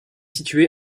située